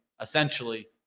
essentially